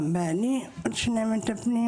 גם בעלי עם שני מטפלים.